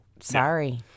Sorry